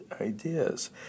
ideas